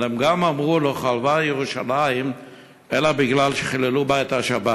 אבל הם גם אמרו: לא חרבה ירושלים אלא בגלל שחיללו בה את השבת.